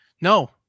no